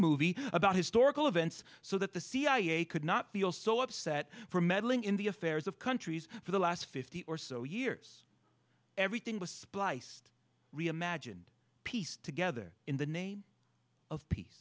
movie about historical events so that the cia could not feel so upset for meddling in the affairs of countries for the last fifty or so years everything was spliced reimagined pieced together in the name of peace